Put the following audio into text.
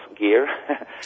gear